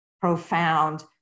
profound